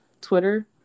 Twitter